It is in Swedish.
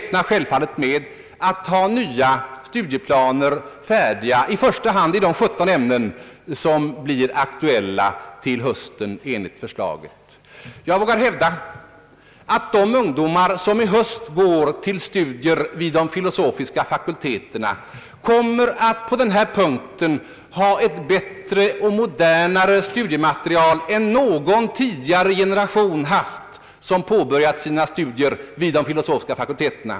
Vi räknar självfallet med att ha nya studieplaner färdiga till hösten, i första hand i de i7 ämnen som enligt förslaget blir aktuella. Jag vågar hävda att de ungdomar som i höst börjar studera vid de filosofiska fakulteterna kommer att ha ett bättre och modernare studiematerial än någon tidigare generation haft när den påbörjat sina studier vid de filosofiska fakulteterna.